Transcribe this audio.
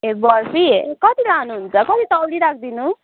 ए बर्फी कति लानुहुन्छ कति तौलिराखिदिनु